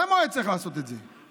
למה הוא היה צריך לעשות את זה?